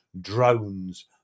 drones